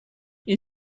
این